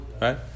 Right